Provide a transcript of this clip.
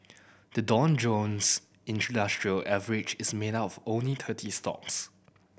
the Dow Jones International Average is made up of only thirty stocks